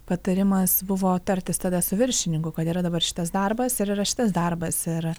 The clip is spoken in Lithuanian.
patarimas buvo tartis tada su viršininku kad yra dabar šitas darbas ir yra šitas darbas ir